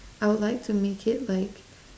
I would like to make it like